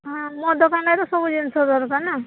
ହଁ ମୋ ଦୋକାନରେ ତ ସବୁ ଜିନିଷ ଦରକାର ନା